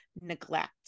neglect